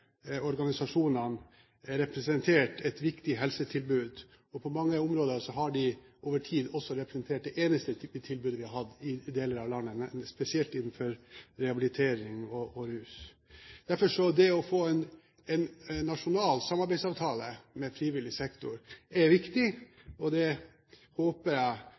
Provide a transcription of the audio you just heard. organisasjonene representert et viktig helsetilbud. På mange områder har de over tid også representert det eneste tilbudet vi har hatt i deler av landet, spesielt innen rehabilitering og rus. Derfor er det å få en nasjonal samarbeidsavtale med frivillig sektor viktig. Jeg håper og forutsetter at det er et område som er prioritert i flere departementer, for det